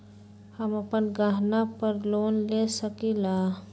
हम अपन गहना पर लोन ले सकील?